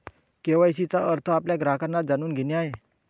KYC चा अर्थ आपल्या ग्राहकांना जाणून घेणे आहे